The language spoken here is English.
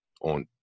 on